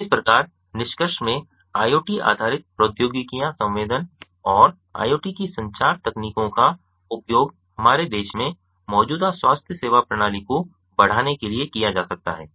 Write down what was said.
इस प्रकार निष्कर्ष में IoT आधारित प्रौद्योगिकियां संवेदन और IOT की संचार तकनीकों का उपयोग हमारे देश में मौजूदा स्वास्थ्य सेवा प्रणाली को बढ़ाने के लिए किया जा सकता है